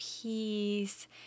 peace